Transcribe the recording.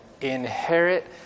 inherit